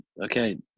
Okay